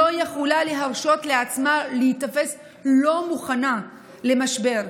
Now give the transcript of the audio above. לא יכולה להרשות לעצמה להיתפס לא מוכנה למשבר.